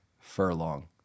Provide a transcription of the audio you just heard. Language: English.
Furlong